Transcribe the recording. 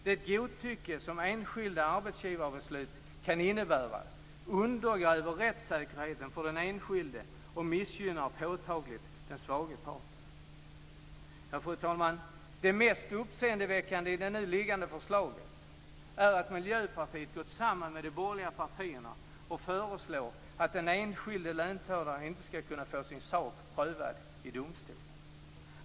Det godtycke som ensidiga arbetsgivarbeslut kan innebära undergräver rättssäkerheten för den enskilde och missgynnar påtagligt den svagare parten. Fru talman! Det mest uppseendeväckande i det nu liggande förslaget är att Miljöpartiet gått samman med de borgerliga partierna och föreslår att den enskilde löntagaren inte ska kunna få sin sak prövad i domstol.